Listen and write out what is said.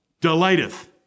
delighteth